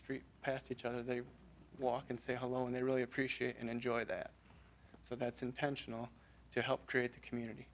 street past each other they walk and say hello and they really appreciate and enjoy that so that's intentional to help create a community